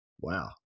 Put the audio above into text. wow